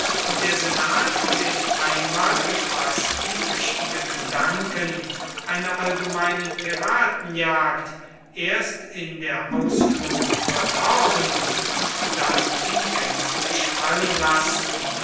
der senat den einmal gefaßten richtigen gedanken einer allgemeinen piratenjagd erst in der ausführung verdorben und dann ihn gänzlich fallen lassen